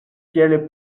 tiel